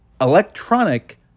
electronic